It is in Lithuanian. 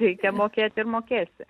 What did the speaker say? reikia mokėt ir mokėsi